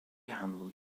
handled